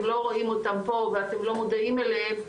לא רואים אותם פה ואתם לא מודעים להם,